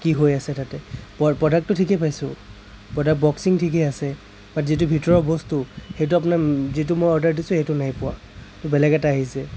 কি হৈ আছে তাতে প প্ৰডাক্টো ঠিকেই পাইছোঁ প্ৰডাক্ট বক্সিং ঠিকেই আছে বাট যিটো ভিতৰৰ বস্তু সেইটো আপোনাৰ যিটো মই অৰ্ডাৰ দিছোঁ সেইটো নাই পোৱা বেলেগ এটা আহিছে